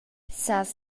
sas